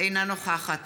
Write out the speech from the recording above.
אינה נוכחת